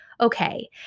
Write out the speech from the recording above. okay